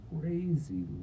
Crazy